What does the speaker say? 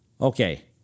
Okay